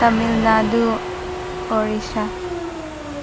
Tamil Nadu Orissa